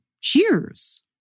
cheers